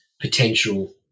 potential